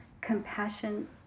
compassion